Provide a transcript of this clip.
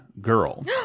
girl